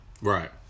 Right